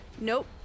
Nope